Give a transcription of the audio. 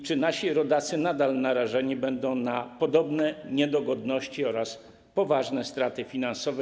Czy nasi rodacy nadal narażeni będą na podobne niedogodności oraz poważne straty finansowe?